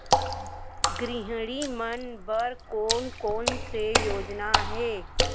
गृहिणी मन बर कोन कोन से योजना हे?